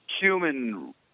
human